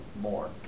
more